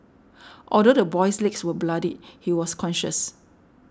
although the boy's legs were bloodied he was conscious